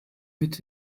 mit